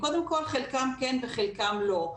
קודם כל חלקם כן וחלקם לא.